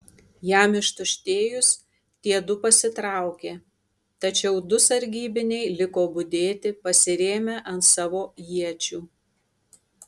jam ištuštėjus tie du pasitraukė tačiau du sargybiniai liko budėti pasirėmę ant savo iečių